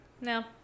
No